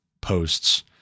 posts